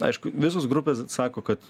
aišku visos grupės atsako kad